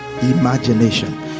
Imagination